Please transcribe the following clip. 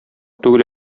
түгел